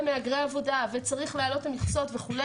מהגרי עבודה וצריך להעלות את המכסות וכו',